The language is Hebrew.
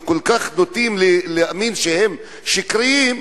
וכל כך נוטים להאמין שהם שקריים,